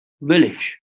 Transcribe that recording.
village